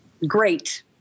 Great